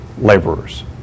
laborers